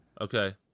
Okay